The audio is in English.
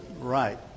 right